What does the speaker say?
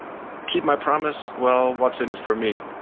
keep my promise? well, what's in it for me?